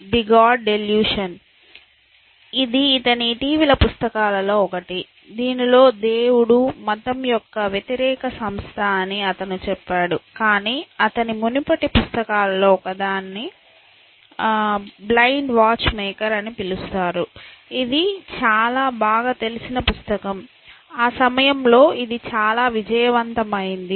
the God delusion ఇది అతని ఇటీవలి పుస్తకాలలో ఒకటి దీనిలో దేవుడు మతం యొక్క వ్యతిరేక సంస్థ అని అతను చెప్పాడు కానీ అతని మునుపటి పుస్తకాలలో ఒకదాన్ని బ్లైండ్ వాచ్ మేకర్ అని పిలుస్తారు ఇది చాలా బాగా తెలిసిన పుస్తకం ఆ సమయంలో ఇది చాలా విజయవంతమైంది